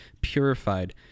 purified